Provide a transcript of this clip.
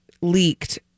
leaked